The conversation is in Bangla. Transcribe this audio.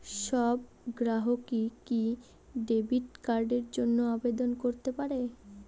সব গ্রাহকই কি ডেবিট কার্ডের জন্য আবেদন করতে পারে?